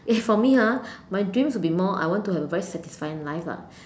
if for me ah my dreams will be more I want to have a very satisfying life lah